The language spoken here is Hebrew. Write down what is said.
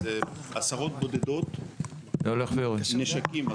עשרות בודדות של נשקים.